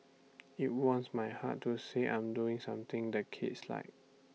IT warms my heart to say I'm doing something the kids like